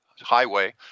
highway